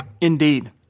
Indeed